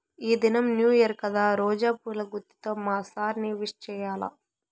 ఈ దినం new year కదా రోజా పూల గుత్తితో మా సార్ ని విష్ చెయ్యాల్ల